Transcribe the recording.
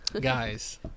Guys